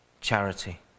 charity